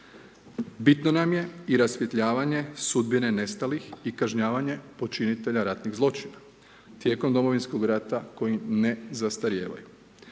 Bitno nam je i rasvjetljavanje sudbine nestalih i kažnjavanje počinitelja ratnih zločina tijekom Domovinskog rata koji ne zastarijevaju.